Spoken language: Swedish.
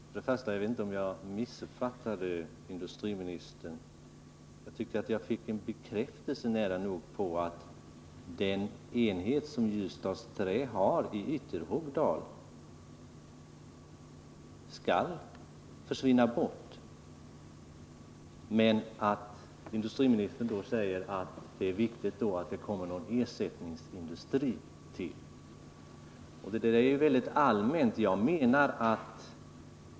Herr talman! Jag vet inte om jag missuppfattade industriministern, men jag tyckte att jag nära nog fick en bekräftelse på att den enhet som Ljusdals Trä har i Ytterhogdal skall försvinna men att industriministern menar att det är viktigt att det kommer någon ersättningsindustri.